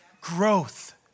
growth